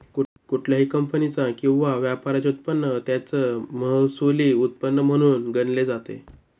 कुठल्याही कंपनीचा किंवा व्यापाराचे उत्पन्न त्याचं महसुली उत्पन्न म्हणून गणले जाते